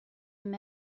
him